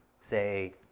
say